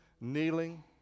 kneeling